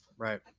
Right